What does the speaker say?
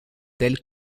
tels